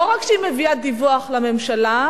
לא רק שהיא מביאה דיווח לממשלה,